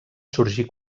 sorgir